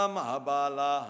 Mahabala